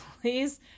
please